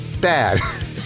bad